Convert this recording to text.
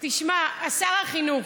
תשמע, שר החינוך,